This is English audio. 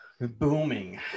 Booming